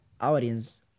audience